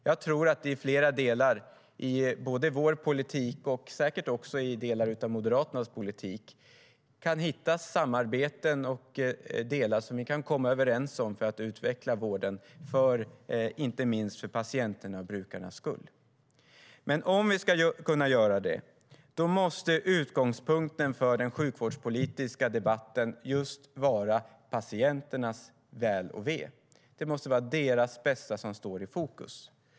Jag tror att vi i flera delar av vår politik, och säkert också i delar av Moderaternas politik, kan hitta samarbeten och delar vi kan komma överens om för att utveckla vården - inte minst för patienternas och brukarnas skull. Om vi ska kunna göra det måste dock utgångspunkten för den sjukvårdspolitiska debatten vara just patienternas väl och ve. Det måste vara deras bästa som står i fokus.